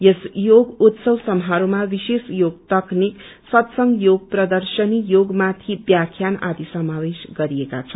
यस योग उत्सव समारोहमा विशेष योग तकनीक सत संघ योग प्रदश्रनी योगमाथि व्याख्यान आदि सामावेश गरिएको छ